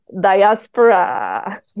diaspora